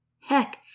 Heck